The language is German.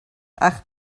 ach